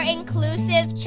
Inclusive